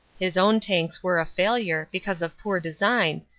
his own tanks were a failure, because of poor design,